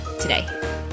today